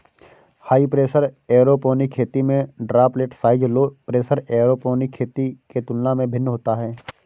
high pressure aeroponic खेती में droplet size low pressure aeroponic खेती के तुलना में भिन्न होता है